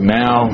now